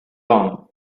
long